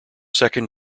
second